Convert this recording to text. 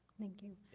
thank you.